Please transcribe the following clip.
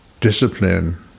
discipline